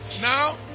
Now